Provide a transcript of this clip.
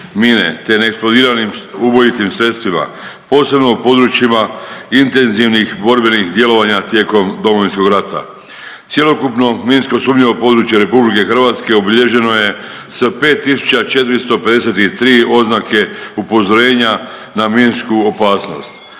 mine te neeksplodiranim ubojitim sredstvima, posebno u područjima intenzivnih borbenih djelovanja tijekom Domovinskog rata. Cjelokupno minsko sumnjivo područje RH obilježeno je s 5453 oznake upozorenja na minsku opasnost.